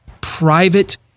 private